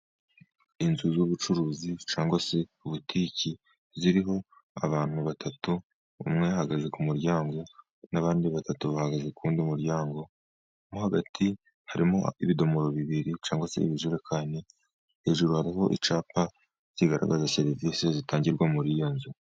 Inzu z' ubucuruzi cyangwa se butike ziriho abantu batatu umwe ahagaze ku muryango, n' abandi batatu bahagaze ku muryango nko hagati, harimo ibidomoro bibiri cyangwa se ibijerekani, hejuru hariho icapa kigaragaza serivisi zitangirwa muri iyo nzu.